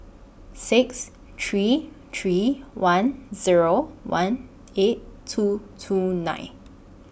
six three three one Zero one eight two two nine